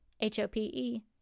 H-O-P-E